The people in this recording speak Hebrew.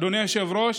אדוני היושב-ראש,